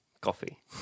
Coffee